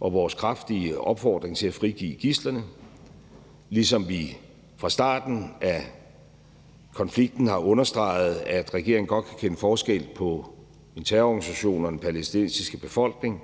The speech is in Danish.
og vores kraftige opfordring til at frigive gidslerne, ligesom vi fra starten af konflikten har understreget, at regeringen godt kan kende forskel på en terrororganisation og den palæstinensiske befolkning,